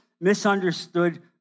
misunderstood